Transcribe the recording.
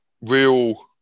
real